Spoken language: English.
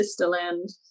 sisterland